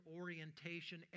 orientation